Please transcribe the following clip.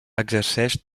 exerceix